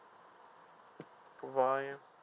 bye bye